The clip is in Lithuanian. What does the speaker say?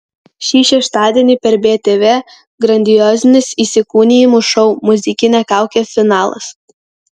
šį šeštadienį per btv grandiozinis įsikūnijimų šou muzikinė kaukė finalas